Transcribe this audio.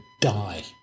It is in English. die